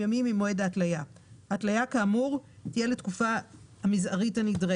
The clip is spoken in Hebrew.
את ההתאמות או את החלת ההוראות כאמור בפסקה (1)(א) עד (ג),